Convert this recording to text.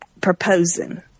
proposing